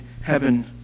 heaven